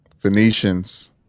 Venetians